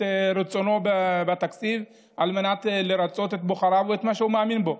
רצונו בתקציב על מנת לרצות את בוחריו או את מה שהוא מאמין בו.